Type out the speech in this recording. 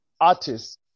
artists